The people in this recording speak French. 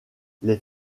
les